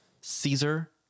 caesar